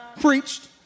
preached